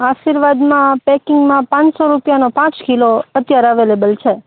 આર્શિવાદમાં પેકિંગમાં પાંચસો રૂપિયાનો પાંચ કિલો અત્યારે અવેલેબલ છે